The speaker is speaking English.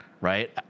right